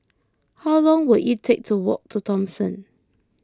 how long will it take to walk to Thomson